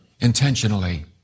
intentionally